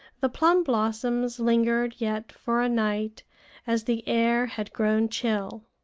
the plum-blossoms lingered yet for a night as the air had grown chill.